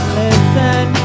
listen